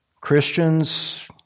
Christians